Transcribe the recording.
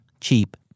Cheap